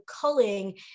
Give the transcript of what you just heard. culling